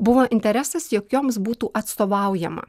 buvo interesas jog joms būtų atstovaujama